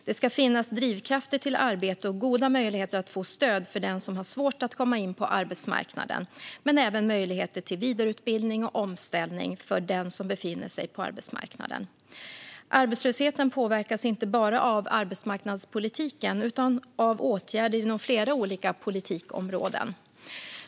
Det ska finnas drivkrafter till arbete och goda möjligheter att få stöd för den som har svårt att komma in på arbetsmarknaden men även möjligheter till vidareutbildning och omställning för den som befinner sig på arbetsmarknaden. Arbetslösheten påverkas inte bara av arbetsmarknadspolitiken utan av åtgärder inom flera olika politikområden.